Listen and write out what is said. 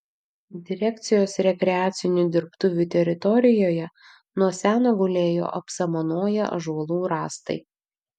direkcijos rekreacinių dirbtuvių teritorijoje nuo seno gulėjo apsamanoję ąžuolų rąstai